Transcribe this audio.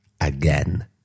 again